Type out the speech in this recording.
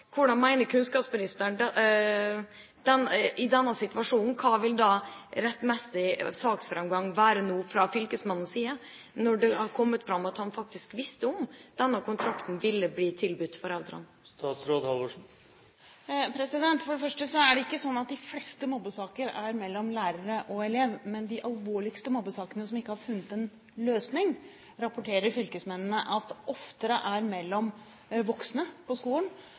kunnskapsministeren at rettmessig saksframgang fra fylkesmannens side vil være i denne situasjonen, når det har kommet fram at fylkesmannen faktisk visste om at denne kontrakten ville bli tilbudt foreldrene? For det første er det ikke sånn at de fleste mobbesaker er mellom lærer og elev, men de alvorligste mobbesakene som ikke har funnet en løsning, rapporterer fylkesmennene oftere er mellom voksne på skolen